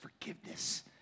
forgiveness